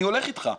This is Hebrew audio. אני הולך איתך,